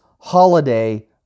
holiday